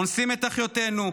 אונסים את אחיותינו,